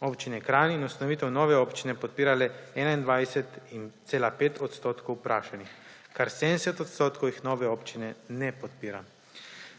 občine Kranj in ustanovitev nove občine podpira le 21,5 % vprašanih, kar 70 % jih nove občine ne podpira.